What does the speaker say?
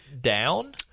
down